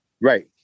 Right